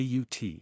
AUT